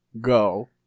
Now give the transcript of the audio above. Go